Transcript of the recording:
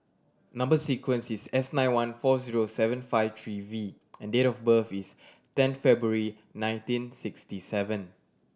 number sequence is S nine one four zero seven five three V and date of birth is ten February nineteen sixty seven